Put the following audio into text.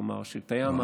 כלומר שתאי המעבר,